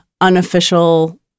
unofficial